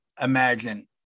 imagine